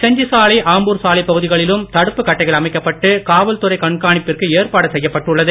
செஞ்சி சாலை பகுதிகளிலும் தடுப்பு கட்டைகள் அமைக்கப்பட்டு காவல்துறை கண்காணிப்பிற்கு ஏற்பாடு செய்யப்பட்டுள்ளது